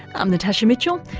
i'm natasha mitchell,